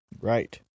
Right